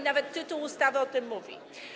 Nawet tytuł ustawy o tym mówi.